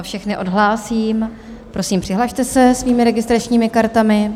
Všechny odhlásím, prosím, přihlaste se svými registračními kartami.